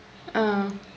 oh